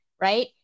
right